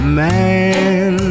man